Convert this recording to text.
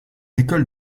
école